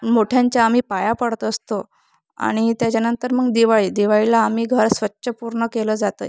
मोठ्यांच्या आम्ही पाया पडत असतो आणि त्याच्यानंतर मग दिवाळी दिवाळीला आम्ही घर स्वच्छ पूर्ण केलं जातं